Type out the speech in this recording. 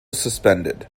suspended